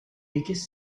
biggest